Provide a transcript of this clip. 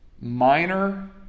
minor